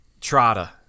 Trotta